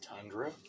Tundra